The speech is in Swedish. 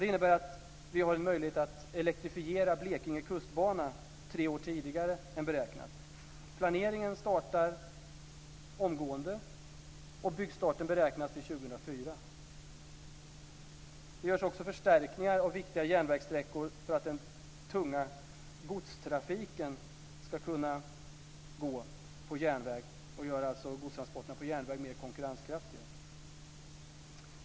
Det innebär att vi har en möjlighet att elektrifiera Blekinge kustbana tre år tidigare än beräknat. Planeringen startar omgående, och byggstarten beräknas till 2004. Det görs också förstärkningar av viktiga järnvägssträckor för att den tunga godstrafiken ska kunna gå på järnväg och alltså göra godstransporterna på järnväg mer konkurrenskraftiga.